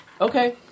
Okay